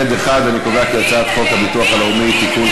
הצעת חוק הביטוח הלאומי (תיקון,